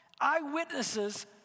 eyewitnesses